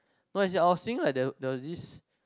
no it is I will singing like that there were this